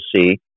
see